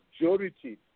majority